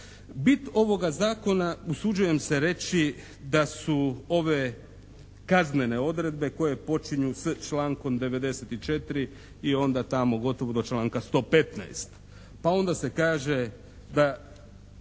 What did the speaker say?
Bit ovoga zakona usuđujem se reći da su ove kaznene odredbe koje počinju s člankom 94. i onda tamo gotovo do članka 115. Pa onda se kaže, da